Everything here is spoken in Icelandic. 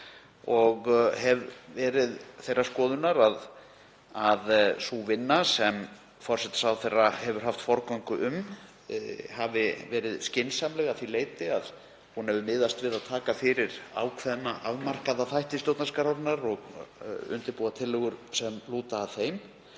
og hef verið þeirrar skoðunar að sú vinna sem forsætisráðherra hefur haft forgöngu um hafi verið skynsamleg að því leyti að hún hefur miðast við að taka fyrir ákveðna afmarkaða þætti stjórnarskrárinnar og undirbúa tillögur sem lúta að þeim.